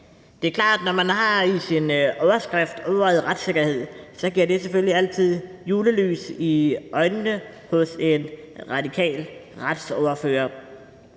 Det er klart, at det, når man i sin overskrift har ordet retssikkerhed, så selvfølgelig altid giver julelys i øjnene hos en radikal retsordfører,